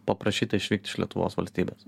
paprašyta išvykt iš lietuvos valstybės